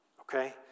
okay